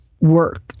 work